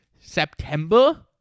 September